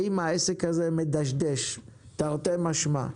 האם העסק הזה מדשדש, תרתי משמע.